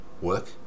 work